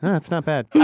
that's not bad